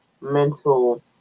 mental